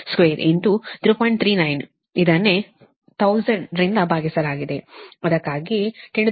39 ಇದನ್ನೇ 1000 ರಿಂದ ಭಾಗಿಸಲಾಗಿದೆ ಅದಕ್ಕಾಗಿಯೇ 10 3ಕ್ಕೆ